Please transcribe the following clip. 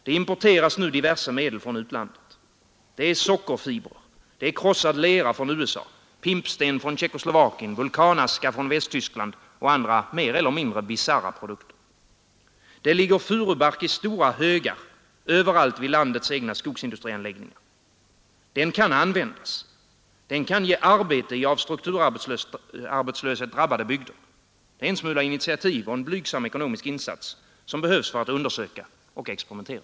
Det importeras nu diverse medel, sockerrörsfibrer, krossad lera från USA, pimpsten från Tjeckoslovakien, vulkanaska från Västtyskland och andra mer eller mindre bisarra produkter. Det ligger furubark i stora högar överallt vid landets egna skogsindustrianläggningar. Den kan användas. Den kan ge arbete i av strukturarbetslöshet drabbade bygder. Det är en smula initiativ och en blygsam ekonomisk insats som behövs för att undersöka och experimentera.